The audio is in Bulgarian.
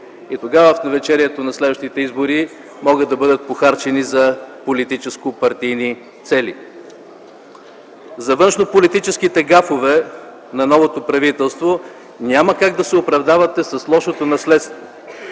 Тогава в навечерието на следващите избори могат да бъдат похарчени за политическо-партийни цели. За външнополитическите гафове на новото правителство няма как да се оправдавате с лошото наследство